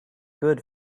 good